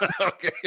Okay